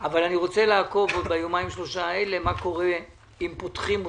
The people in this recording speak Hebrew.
אבל אני רוצה לעקוב ביומיים-שלושה האלה מה קורה אם פותחים אותם,